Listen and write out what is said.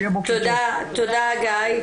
תודה גיא.